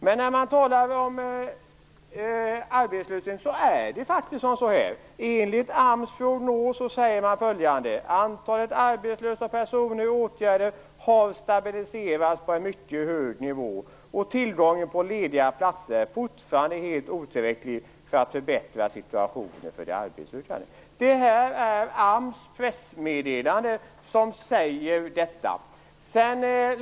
Men när man talar om arbetslöshet är det faktiskt så här. I AMS prognos sägs följande: Antalet arbetslösa personer i åtgärder har stabiliserats på en mycket hög nivå. Tillgången på lediga platser är fortfarande helt otillräcklig för att kunna förbättra situationen för de arbetssökande. Detta står i AMS pressmeddelande.